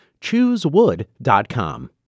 Choosewood.com